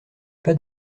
pas